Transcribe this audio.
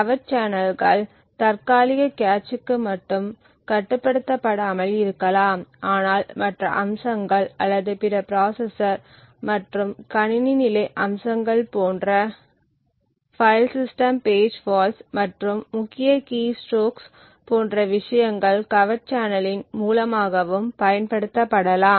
covert சேனல்கள் தற்காலிக கேட்ச்க்கு மட்டும் கட்டுப்படுத்தப்படாமல் இருக்கலாம் ஆனால் மற்ற அம்சங்கள் அல்லது பிற ப்பிராசசர் மற்றும் கணினி நிலை அம்சங்கள் போன்ற பைல் சிஸ்டம் பேஜ் ஃபால்ட்ஸ் மற்றும் முக்கிய கீ ஸ்ட்ரோக் போன்ற விஷயங்கள் கவர்ட் சேனலின் மூலமாகவும் பயன்படுத்தப்படலாம்